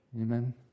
Amen